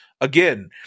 again